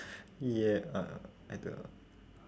ya uh I don't know